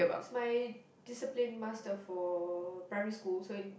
it's my discipline master for primary school so in